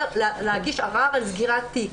להגיש ערער על סגירת תיק.